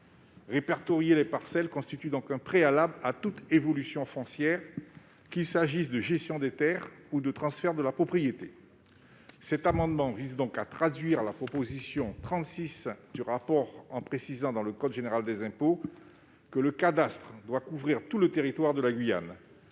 répertorier les parcelles constituait donc un préalable à toute évolution foncière, qu'il s'agisse de gestion des terres ou de transfert de propriété ». Cet amendement vise à traduire la proposition 36 de ce rapport, en précisant dans le code général des impôts que le cadastre doit couvrir tout le territoire de la Guyane.